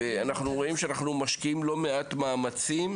אנחנו רואים שאנחנו משקיעים לא מעט מאמצים